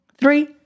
three